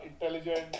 intelligent